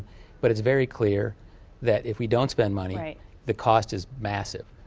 but it's very clear that if we don't spend money the cost is massive.